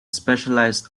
specialised